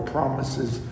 Promises